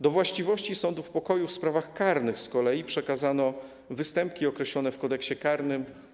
Do właściwości sądów pokoju w sprawach karnych z kolei przekazano występki określone w Kodeksie karnym.